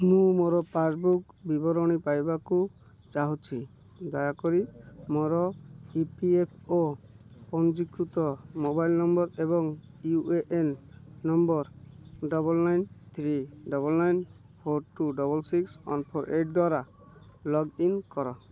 ମୁଁ ମୋର ପାସ୍ବୁକ୍ ବିବରଣୀ ପାଇବାକୁ ଚାହୁଁଛି ଦୟାକରି ମୋର ଇ ପି ଏଫ୍ ଓ ପଞ୍ଜୀକୃତ ମୋବାଇଲ୍ ନମ୍ବର୍ ଏବଂ U A N number double nine three double nine four two double six one four eight ଦ୍ଵାରା ଲଗ୍ଇନ୍ କର